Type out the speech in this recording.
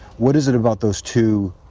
what is it about those two